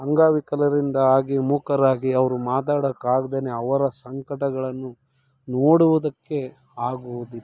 ಅಂಗವಿಕಲರಿಂದಾಗಿ ಮೂಕರಾಗಿ ಅವರು ಮಾತಾಡೋಕಾಗ್ದೇಯೇ ಅವರ ಸಂಕಟಗಳನ್ನು ನೋಡುವುದಕ್ಕೆ ಆಗುವುದಿಲ್ಲ